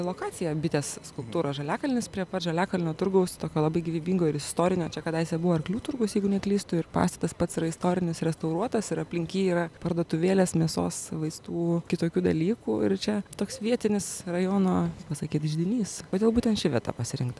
lokaciją bitės skulptūros žaliakalnis prie pat žaliakalnio turgaus tokio labai gyvybingo ir istorinio čia kadaise buvo arklių turgus jeigu neklystu ir pastatas pats yra istorinis restauruotas ir aplink jį yra parduotuvėlės mėsos vaistų kitokių dalykų ir čia toks vietinis rajono pasakyt židinys kodėl būtent ši vieta pasirinkta